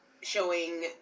showing